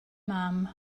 mam